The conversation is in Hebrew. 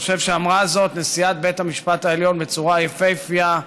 אני חושב שאמרה זאת נשיאת בית המשפט העליון בצורה יפהפייה,